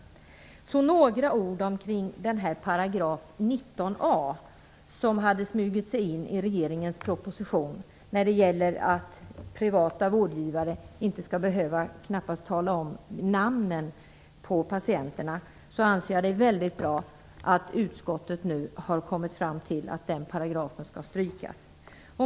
Så några ord omkring paragraf 19 a som hade smugit sig in i regeringens proposition när det gäller att privata vårdgivare knappast ens skall behöva tala om namnen på patienterna. Jag anser det väldigt bra att utskottet kommit fram till att paragrafen skall strykas.